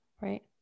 right